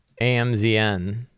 amzn